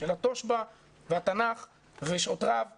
של התושב"ע והתנ"ך ושעות רב ותפילה,